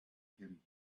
him